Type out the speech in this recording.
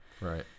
right